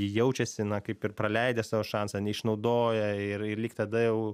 jaučiasi na kaip ir praleidę savo šansą neišnaudoja ir ir lyg tada jau